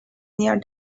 near